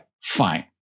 fine